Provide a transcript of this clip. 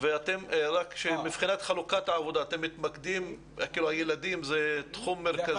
ואתם, מבחינת חלוקת עבודה, הילדים זה תחום מרכזי?